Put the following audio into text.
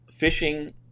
phishing